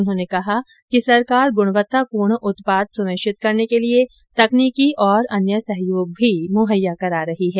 उन्होंने कहा कि सरकार गुणवत्तापूर्ण उत्पाद सुनिश्चित करने के लिये तकनीकी और अन्य सहयोग भी मुहैया करा रही है